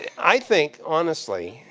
i think, honestly,